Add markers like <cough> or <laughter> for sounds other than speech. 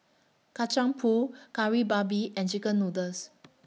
Kacang Pool <noise> Kari Babi and Chicken Noodles